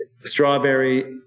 strawberry